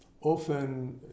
Often